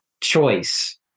choice